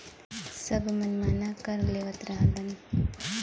सब मनमाना कर लेवत रहलन